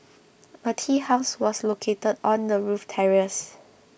a tea house was located on the roof terrace